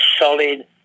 solid